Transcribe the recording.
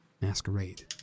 masquerade